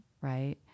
Right